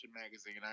magazine